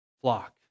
flock